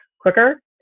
quicker